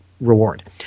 reward